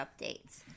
updates